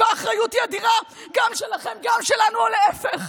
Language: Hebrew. האחריות היא אדירה, גם שלכם, גם שלנו, או להפך.